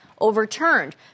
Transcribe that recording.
overturned